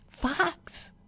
Fox